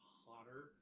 hotter